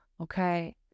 okay